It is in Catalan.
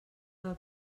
del